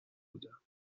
بودم